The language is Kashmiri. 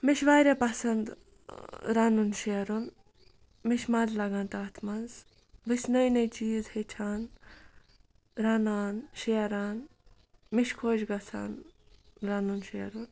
مےٚ چھِ واریاہ پَسنٛد رَنُن شیرُن مےٚ چھِ مَزٕ لَگان تَتھ منٛز بہٕ چھَس نٔے نٔے چیٖز ہیٚچھان رَنان شیران مےٚ چھِ خۄش گژھان رَنُن شیرُن